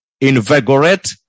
invigorate